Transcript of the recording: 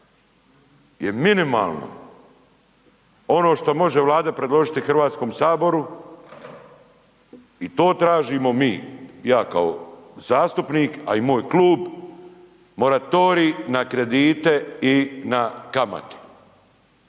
je minimalno ono što može Vlada predložiti HS-u i to tražimo mi i ja kao zastupnik, a i moj klub, moratorij na kredite i na kamate.